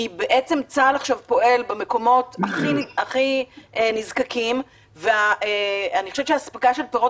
בעצם צה"ל עכשיו פועל במקומות הכי נזקקים ואני חושבת שאספקה של פירות